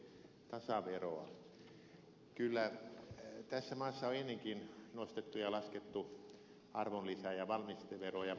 kyllä tässä maassa on ennenkin nostettu ja laskettu arvonlisä ja valmisteveroja